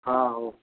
ହଁ ହଉ